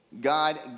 God